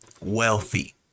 wealthy